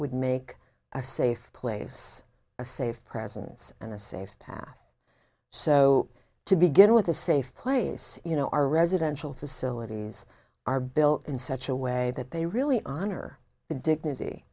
would make a safe place a safe presence and a safe path so to begin with a safe place you know our residential facilities are built in such a way that they really honor the dignity